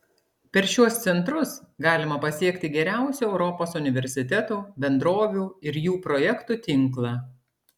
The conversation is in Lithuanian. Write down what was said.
per šiuos centrus galima pasiekti geriausių europos universitetų bendrovių ir jų projektų tinklą